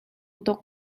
tuk